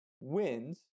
wins